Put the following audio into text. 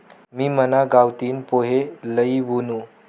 मी मना गावतीन पोहे लई वुनू